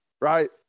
Right